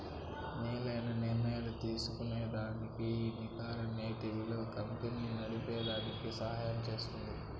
మేలైన నిర్ణయం తీస్కోనేదానికి ఈ నికర నేటి ఇలువ కంపెనీ నడిపేదానికి సహయం జేస్తుంది